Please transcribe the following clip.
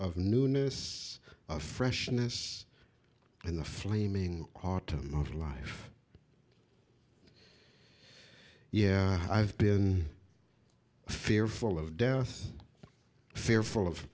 of newness of freshness and the flaming autumn of life yeah i've been fearful of death fearful of